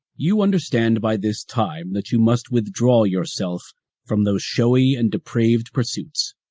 you understand by this time that you must withdraw yourself from those showy and depraved pursuits,